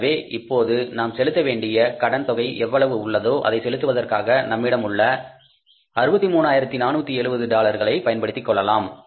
எனவே இப்போது நாம் செலுத்த வேண்டிய கடன் தொகை எவ்வளவு உள்ளதோ அதை செலுத்துவதற்காக நம்மிடமுள்ள 63 ஆயிரத்து 470 டாலர்களை பயன்படுத்திக் கொள்ளலாம்